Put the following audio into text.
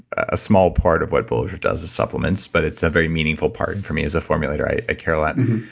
a small part of what bulletproof does is supplements, but it's a very meaningful part, and for me, as a formulator, i care a lot.